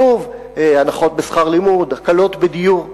שוב, הנחות בשכר לימוד, הקלות בדיור.